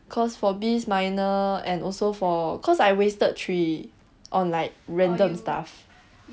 cause for biz minor and also for cause I wasted three on like random stuff